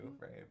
right